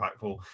impactful